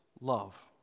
love